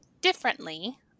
differently